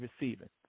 receiving